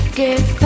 give